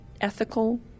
ethical